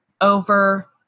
over